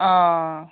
অ